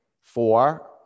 Four